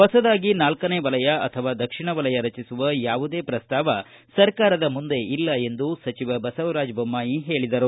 ಹೊಸದಾಗಿ ನಾಲ್ಕನೇ ವಲಯ ಅಥವಾ ದಕ್ಷಿಣ ವಲಯ ರಚಿಸುವ ಯಾವುದೇ ಪ್ರಸ್ತಾವ ಸರ್ಕಾರದ ಮುಂದೆ ಇಲ್ಲ ಎಂದು ಬಸವರಾಜ ಬೊಮ್ಬಾಯಿ ಹೇಳಿದರು